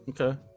okay